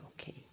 okay